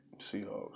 Seahawks